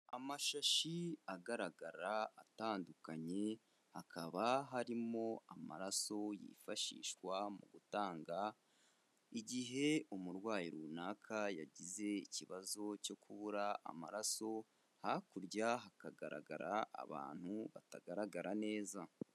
Amashashi agaragara atandukanye, hakaba harimo amaraso yifashishwa mu gutanga, igihe umurwayi runaka yagize ikibazo cyo kubura amaraso, hakurya hakagaragara abantu batagaragara neza.